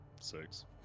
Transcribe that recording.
Six